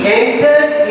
entered